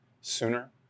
sooner